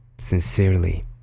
sincerely